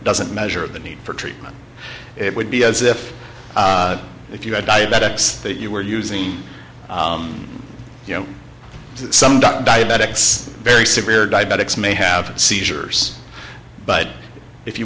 doesn't measure of the need for treatment it would be as if if you had diabetics that you were using you know some dumb diabetics very severe diabetics may have seizures but if you